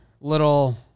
little